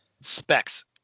Specs